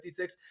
56